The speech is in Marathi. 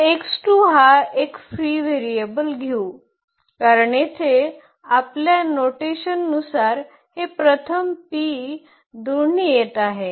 तर हा एक फ्री व्हेरिएबल घेऊ कारण येथे आपल्या नोटेशननुसार हे प्रथम p दोन्ही येथे आहेत